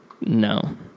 No